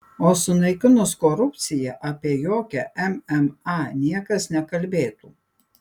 o sunaikinus korupciją apie jokią mma niekas nekalbėtų